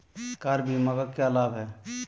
Car बीमा का क्या लाभ है?